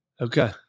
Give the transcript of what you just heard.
Okay